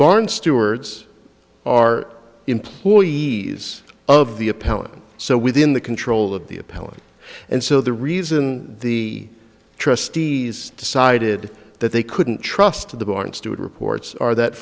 barn stewards are employees of the appellant so within the control of the appellate and so the reason the trustees decided that they couldn't trust the barn steward reports are that